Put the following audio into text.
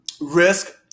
Risk